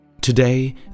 Today